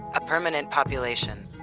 a permanent population.